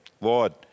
Lord